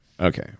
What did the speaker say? Okay